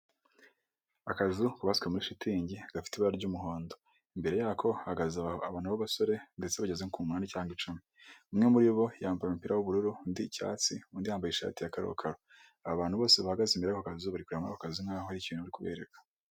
Akazu kubatswe muri shitingi gafite ibara ry'umuhondo, imbere yako hahagaze abantu b'abasore ndetse bageze ku kumunani cyangwa icumi, umwe muri bo yambaye umupira w'ubururu undi icyatsi undi yambaye ishati ya karokaro, abantu bose bahagaze imbere ku kazuba bari kureba muri ako kazu nk 'aho hari ikintu bari kubereka.